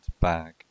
bag